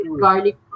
garlic